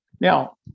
Now